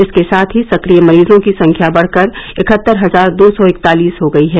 इसके साथ ही सक्रिय मरीजों की संख्या बढ़कर इकहत्तर हजार दो सौ इकतालीस हो गयी है